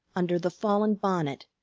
under the fallen bonnet,